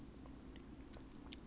mm